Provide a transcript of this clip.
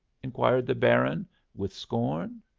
inquired the baron with scorn.